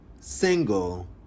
single